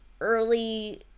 early